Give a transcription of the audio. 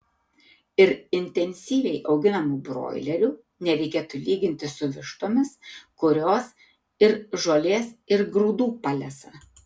ir intensyviai auginamų broilerių nereikėtų lyginti su vištomis kurios ir žolės ir grūdų palesa